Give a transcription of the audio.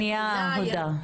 שנייה, עודה.